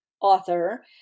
author